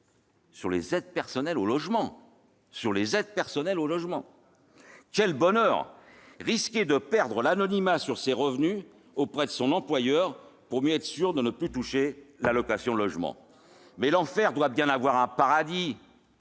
sur les aides personnelles au logement ! Cela n'a rien à voir ! Quel bonheur que de risquer de perdre l'anonymat sur ses revenus auprès de son employeur pour être sûr de ne plus toucher d'allocations logement ! Mais l'enfer doit bien avoir un paradis.